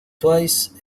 twice